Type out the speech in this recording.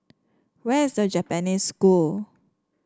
where is The Japanese School